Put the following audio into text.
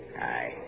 Aye